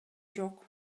жок